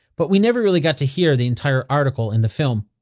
but we never really got to hear the entire article in the film.